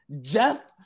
Jeff